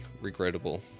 regrettable